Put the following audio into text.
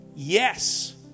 Yes